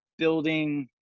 building